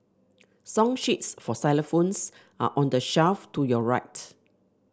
song sheets for xylophones are on the shelf to your right